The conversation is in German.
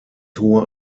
hohe